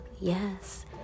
Yes